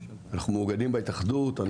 אנחנו מאוגדים בהתאחדות.